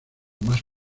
más